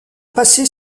passé